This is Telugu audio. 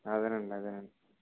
అదేనండి అదేనండి